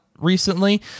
recently